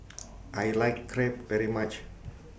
I like Crepe very much